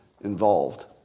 involved